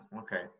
Okay